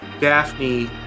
Daphne